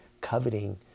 coveting